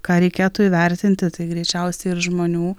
ką reikėtų įvertinti tai greičiausiai ir žmonių